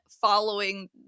following